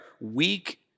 weak